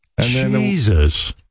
Jesus